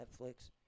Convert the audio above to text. Netflix